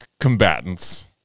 combatants